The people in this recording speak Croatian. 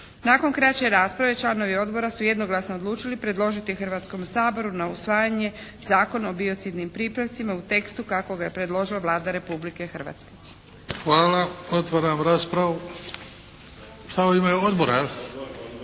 Nakon kraće rasprave članovi odbora su jednoglasno odlučili predložiti Hrvatskom saboru na usvajanje Zakon o biocidnim pripravcima u tekstu kako ga je predložila Vlada Republike Hrvatske. **Bebić, Luka (HDZ)** Hvala. Otvaram raspravu. U ime Odbora